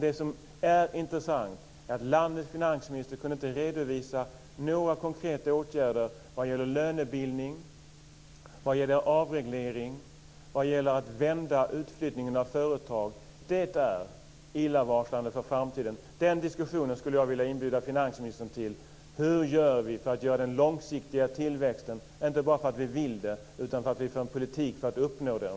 Det intressanta är att landets finansminister inte kunde redovisa några konkreta åtgärder när det gäller lönebildning, avreglering och när det gäller att vända trenden i fråga om utflyttningen av företag. Det är illavarslande inför framtiden. Den diskussionen skulle jag vilja inbjuda finansministern till. Hur gör vi för att få den långsiktiga tillväxten? Det handlar inte bara om att vi vill få den utan också om att vi för en politik för att uppnå den.